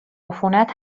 عفونت